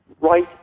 Right